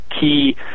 key